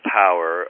power